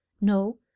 No